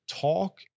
talk